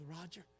Roger